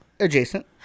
Adjacent